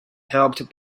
helped